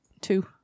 two